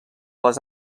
les